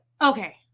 Okay